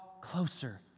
closer